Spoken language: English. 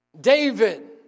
David